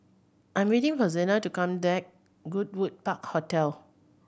I'm waiting for Zena to come Goodwood Park Hotel